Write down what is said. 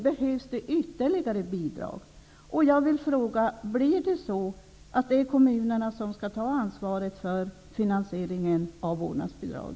Behövs det ytterligare bidrag?